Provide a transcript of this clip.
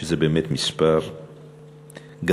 שזה באמת מספר גדול.